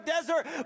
Desert